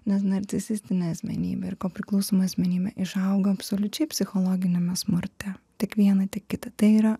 nes narcisistinė asmenybė ir ko priklausoma asmenybė išauga absoliučiai psichologiniame smurte tiek viena tiek kita tai yra